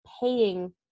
paying